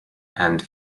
and